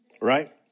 Right